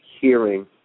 hearing